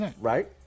Right